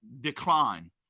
decline